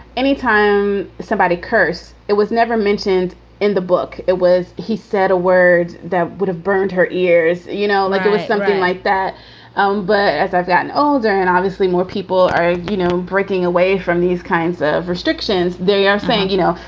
any time somebody curse, it was never mentioned in the book. it was he said a word that would have burned her ears, you know, like it was something like that um but as i've gotten older and obviously more people are you know breaking away from these kinds of restrictions, they are saying, you know,